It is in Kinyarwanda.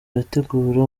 irategura